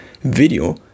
video